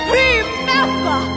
remember